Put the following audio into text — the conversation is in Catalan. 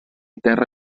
terra